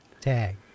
tag